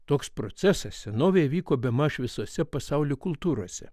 toks procesas senovėje vyko bemaž visose pasaulio kultūrose